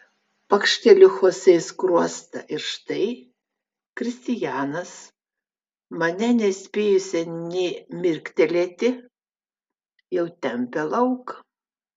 pakšteliu chosė į skruostą ir štai kristianas mane nespėjusią nė mirktelėti jau tempia lauk